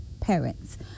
parents